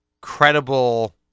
credible